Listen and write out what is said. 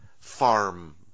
farm